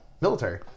military